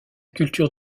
culture